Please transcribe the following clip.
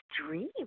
dream